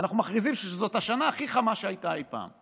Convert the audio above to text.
אנחנו מכריזים שזאת השנה הכי חמה שהייתה אי פעם,